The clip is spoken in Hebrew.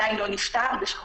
אבל